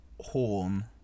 horn